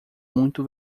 muito